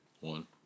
One